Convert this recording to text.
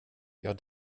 jag